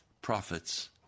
prophets